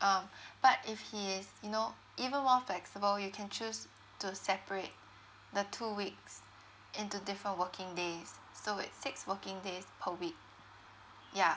um but if he is you know even more flexible you can choose to separate the two weeks into different working days so it's six working days per week yeah